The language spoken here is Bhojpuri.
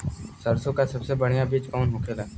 सरसों का सबसे बढ़ियां बीज कवन होखेला?